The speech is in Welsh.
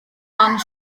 dan